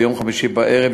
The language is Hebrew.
ביום חמישי בערב,